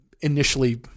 initially